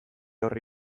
horri